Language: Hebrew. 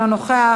אינו נוכח,